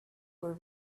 were